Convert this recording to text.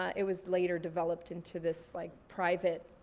it was later developed into this like private